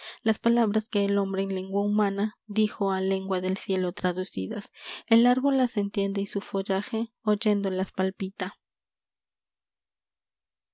las palabras que el hombre en lengua humana dijo a lengua del cielo traducidas el árbol las entiende y su follaje oyéndolas palpita